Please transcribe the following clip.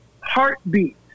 heartbeat